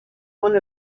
one